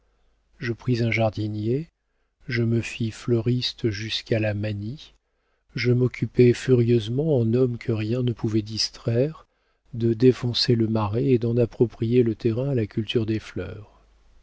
je pris un jardinier je me fis fleuriste jusqu'à la manie je m'occupai furieusement en homme que rien ne pouvait distraire de défoncer le marais et d'en approprier le terrain à la culture des fleurs